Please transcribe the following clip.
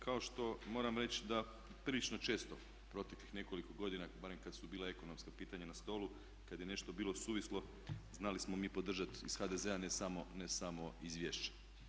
Kao što moram reći da prilično često proteklih nekoliko godina, barem kad su bila ekonomska pitanja na stolu, kad je nešto bilo suvislo znali smo mi podržati iz HDZ-a ne samo izvješća.